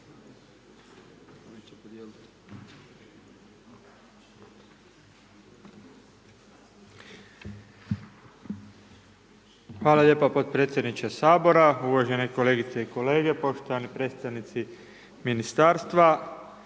Hvala lijepo potpredsjedniče Sabora, uvažene kolegice i kolege. Poštovani predstavnici ministarstva.